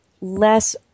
less